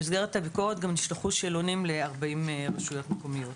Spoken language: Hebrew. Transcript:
במסגרת הביקורת גם נשלחו שאלונים ל-40 רשויות מקומיות.